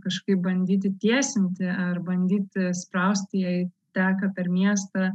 kažkaip bandyti tiesinti ar bandyti sprausti jei teka per miestą